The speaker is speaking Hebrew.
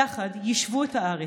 יחד יישבו את הארץ,